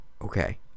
Okay